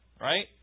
right